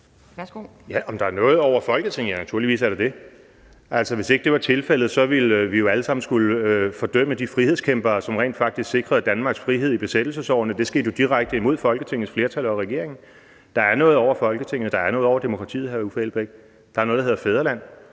Om der er noget over Folketinget? Ja, naturligvis er der det. Altså, hvis ikke det var tilfældet, ville vi jo alle sammen skulle fordømme de frihedskæmpere, som rent faktisk sikrede Danmarks frihed i besættelsesårene; det gik jo direkte imod Folketingets flertal og regeringen. Der er noget over Folketinget. Der er noget over demokratiet, hr. Uffe Elbæk. Der er noget, der hedder fædreland.